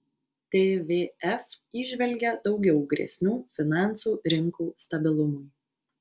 tvf įžvelgia daugiau grėsmių finansų rinkų stabilumui